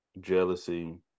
jealousy